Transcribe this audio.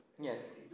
Yes